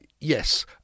Yes